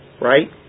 right